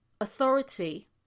authority